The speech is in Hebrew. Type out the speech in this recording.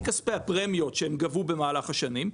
מכספי הפרמיות שהם גבו במהלך השנים,